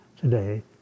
today